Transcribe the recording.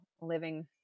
living